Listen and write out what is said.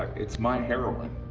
it's my heroin,